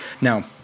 Now